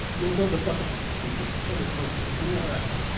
we'll build a bucket like this for them. this is called a vrf, a v r f.